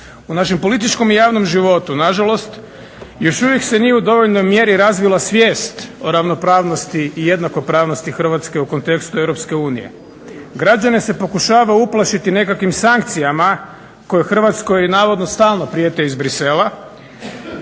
U našem političkom i javnom životu nažalost još uvijek se nije u dovoljnoj mjeri razvila svijest o ravnopravnosti i jednakopravnosti Hrvatske u kontekstu Europske unije. Građane se pokušava uplašiti nekakvim sankcijama koje Hrvatskoj navodno stalno prijete iz Bruxellesa